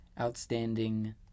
outstanding